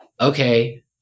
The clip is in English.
okay